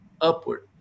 upward